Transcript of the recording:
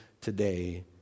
today